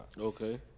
Okay